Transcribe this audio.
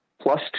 plus